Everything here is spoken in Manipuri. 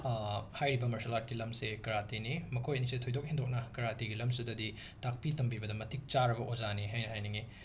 ꯍꯥꯏꯔꯤꯕ ꯃꯔꯁꯦꯜ ꯑꯥꯔꯠꯀꯤ ꯂꯝꯁꯦ ꯀꯔꯥꯇꯤꯅꯤ ꯃꯈꯣꯏ ꯑꯅꯤꯁꯦ ꯊꯣꯏꯗꯣꯛ ꯍꯦꯟꯗꯣꯛꯅ ꯀꯔꯥꯇꯤꯒꯤ ꯂꯝꯁꯤꯗꯗꯤ ꯇꯥꯛꯄꯤ ꯇꯝꯕꯤꯕꯗ ꯃꯇꯤꯛ ꯆꯥꯔꯕ ꯑꯣꯖꯥꯅꯤ ꯍꯥꯏꯅ ꯍꯥꯏꯅꯤꯡꯏ